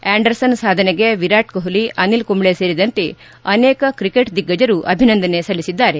Anderson ಸಾಧನೆಗೆ ವಿರಾಟ್ ಕೊಹ್ಲಿ ಅನಿಲ್ ಕುಂಬ್ಳೆ ಸೇರಿದಂತೆ ಅನೇಕ ಕ್ರಿಕೆಟ್ ದಿಗ್ನಜರು ಅಭಿನಂದನೆ ಸಲ್ಲಿಸಿದ್ದಾರೆ